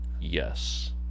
yes